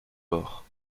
bords